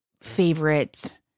favorite